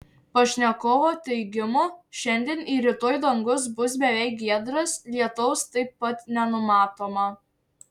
pašnekovo teigimu šiandien ir rytoj dangus bus beveik giedras lietaus taip pat nenumatoma